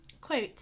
quote